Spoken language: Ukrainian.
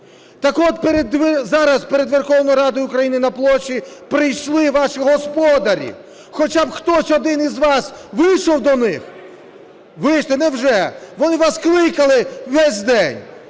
Так от, зараз перед Верховною Радою України на площі прийшли ваші господарі. Хоча б хтось один із вас вийшов до них? Вийшли7 Не вже? Вони вас кликали весь день.